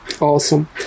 Awesome